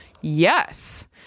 Yes